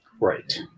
Right